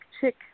Chick